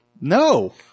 No